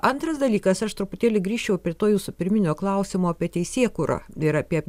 antras dalykas aš truputėlį grįžčiau prie to jūsų pirminio klausimo apie teisėkūrą ir apie